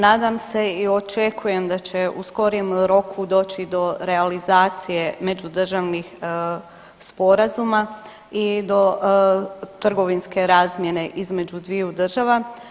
Nadam se i očekujem da će u skorijem roku doći do realizacije međudržavnih sporazuma i do trgovinske razmjene između dviju država.